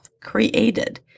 created